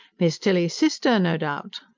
miss tilly's sister, no doubt?